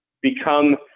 become